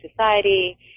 society